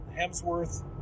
Hemsworth